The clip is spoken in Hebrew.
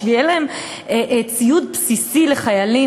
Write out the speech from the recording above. בשביל שיהיה ציוד בסיסי לחיילים.